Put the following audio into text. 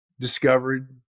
discovered